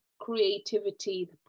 creativity